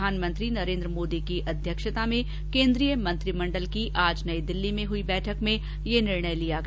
प्रधानमंत्री नरेन्द्र मोदी की अध्यक्षता में केन्द्रीय मंत्रिमंडल की आज नई दिल्ली में हई बैठक में ये निर्णय लिया गया